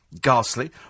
Ghastly